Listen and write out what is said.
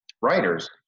writers